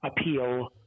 appeal